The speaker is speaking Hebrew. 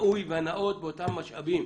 הראוי והנאות באותם משאבים.